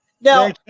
Now